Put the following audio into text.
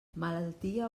malaltia